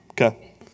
Okay